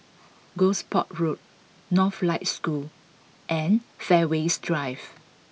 Gosport Road Northlight School and Fairways Drive